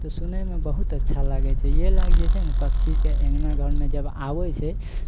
तऽ सुनयमे बहुत अच्छा लागै छै इएह लए कऽ जे छै ने पक्षीके अङ्गना घरमे जब आबै छै